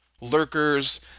lurkers